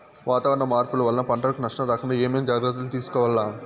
వాతావరణ మార్పులు వలన పంటలకు నష్టం రాకుండా ఏమేం జాగ్రత్తలు తీసుకోవల్ల?